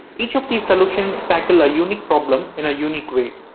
each of these solutions tackle a unique problem in a unique way.